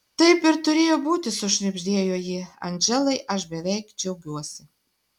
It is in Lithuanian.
taip ir turėjo būti sušnibždėjo ji andželai aš beveik džiaugiuosi